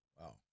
Wow